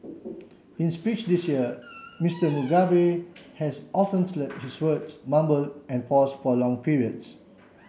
in speech this year Mister Mugabe has often slurred his words mumbled and paused for long periods